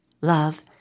love